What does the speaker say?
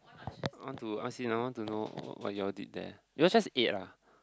want to ask you now want to know what you all did there you all just ate ah